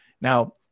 Now